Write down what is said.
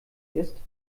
ist